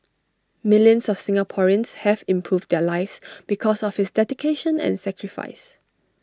millions of Singaporeans have improved their lives because of his dedication and sacrifice